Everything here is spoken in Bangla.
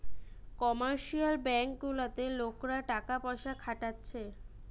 কমার্শিয়াল ব্যাঙ্ক গুলাতে লোকরা টাকা পয়সা খাটাচ্ছে